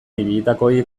ibilitakoei